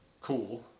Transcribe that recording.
cool